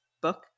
book